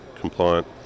compliant